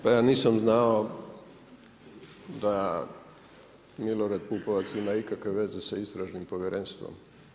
Pa ja nisam znao da Milorad Pupovac ima ikakve veze sa Istražnim povjerenstvom.